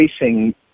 racing